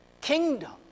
kingdom